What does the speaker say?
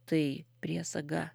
tai priesaga